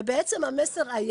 ובעצם המסר היה